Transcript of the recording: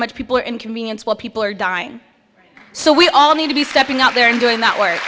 much people inconvenience while people are dying so we all need to be stepping out there and doing that work